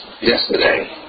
yesterday